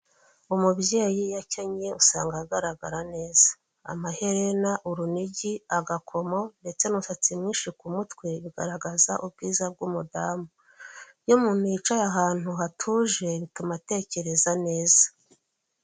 Umubyeyi iyo akenyeye usanga agaragara neza. Amaherena, urunigi, agakomo, ndetse n'umusatsi mwinshi ku mutwe, bigaragaza ubwiza bw'umudamu. Iyo umuntu yicaye ahantu hatuje bituma atekereza neza.